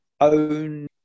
own